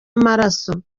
amaraso